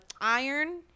iron